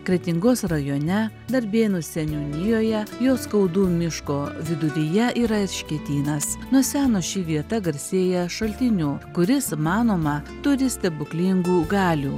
kretingos rajone darbėnų seniūnijoje juoskaudų miško viduryje yra erškėtynas nuo seno ši vieta garsėja šaltiniu kuris manoma turi stebuklingų galių